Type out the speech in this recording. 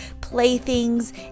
playthings